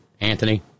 Anthony